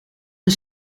een